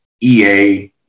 EA